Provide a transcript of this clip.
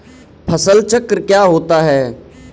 फसल चक्र क्या होता है?